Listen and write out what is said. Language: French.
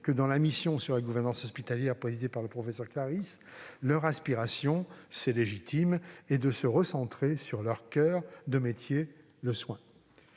que dans la mission sur la gouvernance hospitalière présidée par le professeur Claris, leur aspiration, légitime, est de se recentrer sur leur coeur de métier : le soin.